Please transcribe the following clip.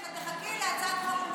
ובשנה הבאה,